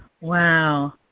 Wow